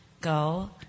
Go